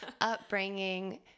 upbringing